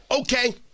Okay